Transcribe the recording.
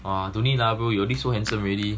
!wah! don't need lah bro you already so handsome already